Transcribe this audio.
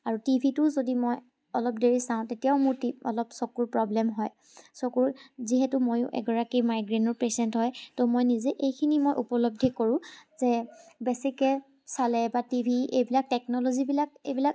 আৰু টিভিটোও যদি মই অলপ দেৰি চাওঁ তেতিয়াও মোৰ টি অলপ চকুৰ প্ৰব্লেম হয় চকুৰ যিহেতু ময়ো এগৰাকী মাইগ্ৰেইনৰ পেচেণ্ট হয় তো মই নিজে এইখিনি মই উপলব্ধি কৰোঁ যে বেছিকৈ চালে বা টি ভি এইবিলাক টেকনলজিবিলাক এইবিলাক